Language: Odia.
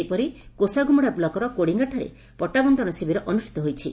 ସେହିପରି କୋଷାଗୁମୁଡ଼ା ବ୍ଲକ୍ର କୋଡ଼ିଙ୍ଗାଠାରେ ପଟା ବକ୍କନ ଶିବିର ଅନୁଷିତ ହୋଇଛି